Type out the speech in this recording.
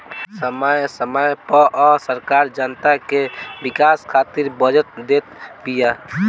समय समय पअ सरकार जनता के विकास खातिर बजट देत बिया